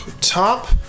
top